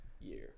year